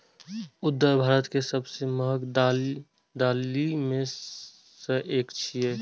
उड़द भारत के सबसं महग दालि मे सं एक छियै